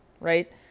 Right